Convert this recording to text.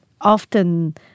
often